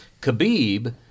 khabib